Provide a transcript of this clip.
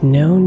no